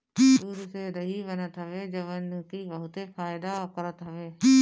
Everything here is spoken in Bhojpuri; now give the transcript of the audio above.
दूध से दही बनत हवे जवन की बहुते फायदा करत हवे